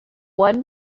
one